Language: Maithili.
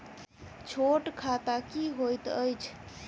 छोट खाता की होइत अछि